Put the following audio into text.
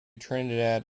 trinidad